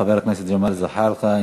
חבר הכנסת ג'מאל זחאלקה,